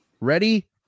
ready